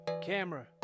camera